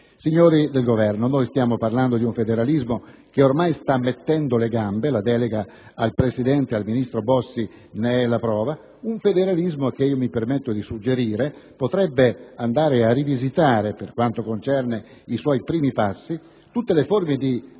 Signori del Governo, stiamo parlando di un federalismo che ormai sta mettendo le gambe e la delega al Presidente e ministro Bossi ne è la prova. Mi permetto di suggerire che tale federalismo potrebbe andare a rivisitare, per quanto concerne i suoi primi passi, tutte le forme di